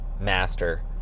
Master